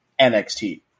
NXT